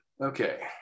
Okay